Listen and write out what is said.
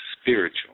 spiritual